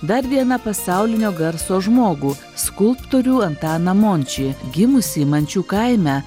dar viena pasaulinio garso žmogų skulptorių antaną mončį gimusį mančių kaime